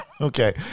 okay